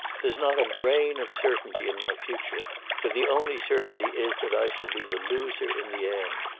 there's not a grain of certainty in my future for the only certainty is that i shall be the loser in the end.